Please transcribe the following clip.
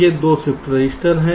ये 2 shift register हैं